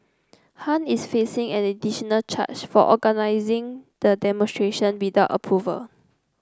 Han is facing an additional charge of organising the demonstration without approval